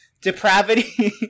Depravity